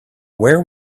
where